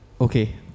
Okay